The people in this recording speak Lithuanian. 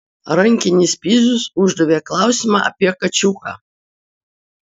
rankinis pizius uždavė klausimą apie kačiuką